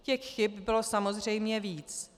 Těch chyb bylo samozřejmě víc.